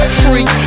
freak